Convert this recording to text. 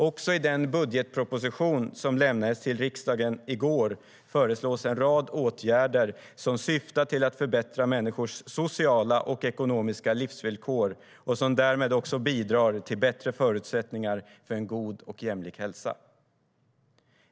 Också i den budgetproposition som lämnades till riksdagen i går föreslås en rad åtgärder som syftar till att förbättra människors sociala och ekonomiska livsvillkor och som därmed också bidrar till bättre förutsättningar för en god och jämlik hälsa.